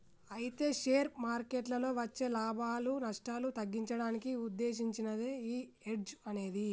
అయితే షేర్ మార్కెట్లలో వచ్చే లాభాలు నష్టాలు తగ్గించడానికి ఉద్దేశించినదే ఈ హెడ్జ్ అనేది